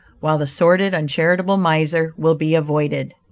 while the sordid, uncharitable miser will be avoided.